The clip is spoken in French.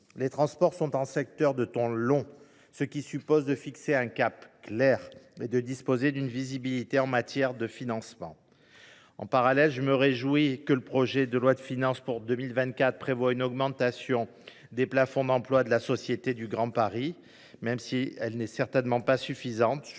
Les transports sont un secteur de temps long, ce qui suppose de fixer un cap clair et de disposer d’une certaine visibilité en matière de financement. En parallèle, je me réjouis que le projet de loi de finances pour 2024 prévoie une augmentation du plafond d’emplois de la SGP, même si ce n’est certainement pas suffisant.